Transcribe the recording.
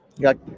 got